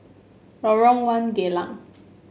Lorong One Geylang